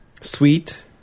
sweet